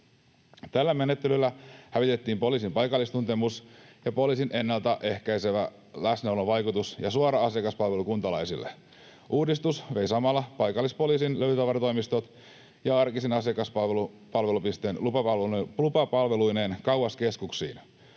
Tällä menettelyllä hävitettiin poliisin paikallistuntemus, poliisin ennalta ehkäisevä läsnäolovaikutus ja suora asiakaspalvelu kuntalaisille. Uudistus vei samalla paikallispoliisin, löytötavaratoimistot ja arkisen asiakaspalvelupisteen lupapalveluineen kauas keskuksiin.